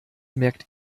merkt